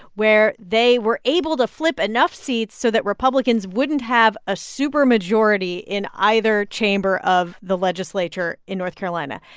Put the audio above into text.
where they were able to flip enough seats so that republicans wouldn't have a supermajority in either chamber of the legislature in north carolina.